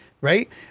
Right